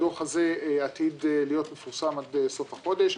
הדוח הזה עתיד להיות מפורסם עד סוף החודש.